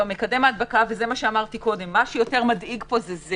מקדם ההדבקה מה שיותר מדאיג פה זה.